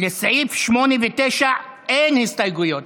לסעיפים 8 ו-9 אין הסתייגויות,